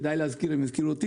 גם קודמך,